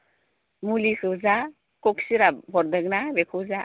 मुलिखौ जा कभ शिराब हरदोंना बेखौ जा